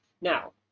Now